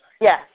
Yes